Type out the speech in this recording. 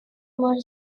может